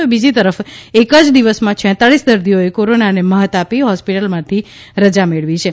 તો બીજી તરફ એક જ દિવસમાં છેતાલીસ દર્દીઓએ કોરોનાને મહાત આપી હોસ્પીટલમાંથી રજા મેળવી છે